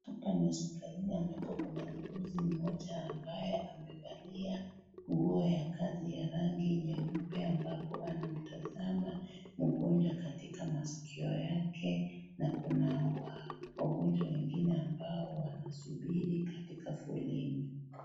Hapa ni hospitalini ambapo kuna muuguzi mmoja ambaye amevalia nguo ya kazi ya rangi nyeupe. Ambapo anamtazama mgonjwa katika masikio yake. Na kuna wagonjwa wengine ambao wanasubili katika foleni.